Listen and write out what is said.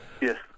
Yes